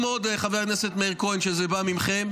חבר הכנסת מאיר כהן, טוב מאוד שזה בא מכם.